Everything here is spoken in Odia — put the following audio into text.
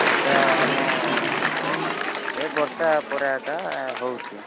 ଏଇଟା ଆମ ଏ ବର୍ଷା ପରେ ଆକା ହେଉଛି